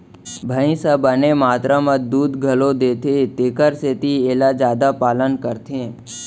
भईंस ह बने मातरा म दूद घलौ देथे तेकर सेती एला जादा पालन करथे